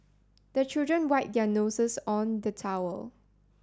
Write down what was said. the children wipe their noses on the towel